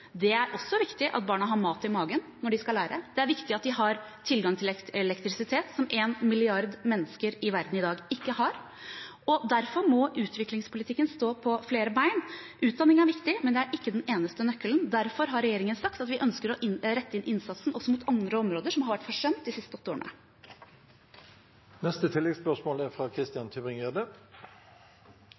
Det er også viktig at barna har mat i magen når de skal lære, og det er viktig at de har tilgang til elektrisitet, som én milliard mennesker i verden i dag ikke har. Derfor må utviklingspolitikken stå på flere bein. Utdanning er viktig, men det er ikke den eneste nøkkelen. Derfor har regjeringen sagt at vi ønsker å rette inn innsatsen også mot andre områder, som har vært forsømt de siste åtte